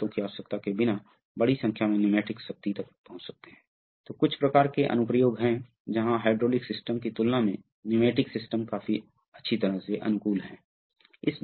तो एक प्रकार की गतिशीलता है जो आपके पास हाइड्रोलिक सिलेंडर पर है और उन्हें ठीक से नियंत्रित